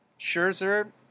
Scherzer